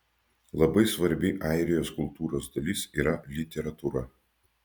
labai svarbi airijos kultūros dalis yra literatūra